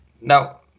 Now